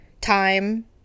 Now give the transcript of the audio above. time